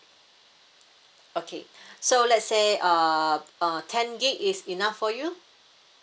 okay so let's say uh uh ten gig is enough for you